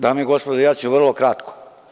Dame i gospodo, ja ću vrlo kratko.